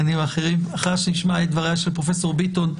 עד 14:15. לאחר שנשמע את דבריה של פרופ' ביטון,